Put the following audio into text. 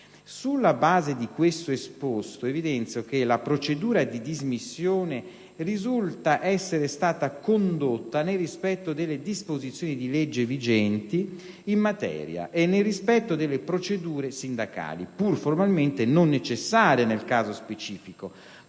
Sulla base di quanto esposto, evidenzio che la procedura di dismissione risulta essere stata condotta nel rispetto delle disposizioni di legge vigenti in materia e nel rispetto delle procedure sindacali, pur formalmente non necessarie nel caso specifico,